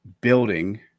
building